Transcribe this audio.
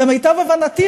למיטב הבנתי,